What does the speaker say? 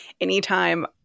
anytime